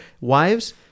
Wives